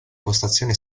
postazione